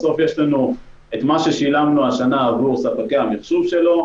בסוף יש לנו את מה ששילמנו השנה עבור ספקי המחשוב שלו,